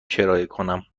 کنم